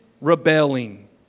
rebelling